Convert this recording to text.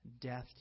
Death